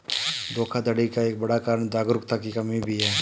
धोखाधड़ी का एक बड़ा कारण जागरूकता की कमी भी है